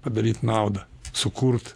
padaryt naudą sukurt